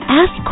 ask